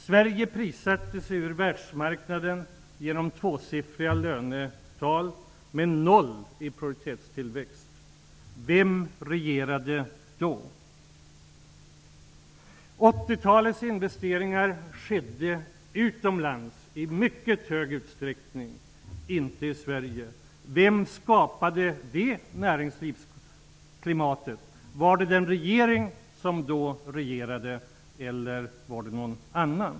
Sverige prissatte sig ut ur världsmarknaden genom tvåsiffriga lönehöjningar med noll i produktivitetstillväxt. Vem regerade då? 80-talets investeringar skedde i mycket stor utsträckning utomlands, inte i Sverige. Vem skapade det näringslivsklimatet? Var det den regering som då regerade, eller var det någon annan?